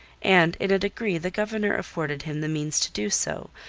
and in a degree the governor afforded him the means to do so,